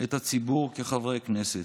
את הציבור כחברי הכנסת.